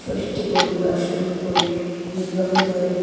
ষষ্ঠী করি অষ্টমী করি দুর্গা পুজোয়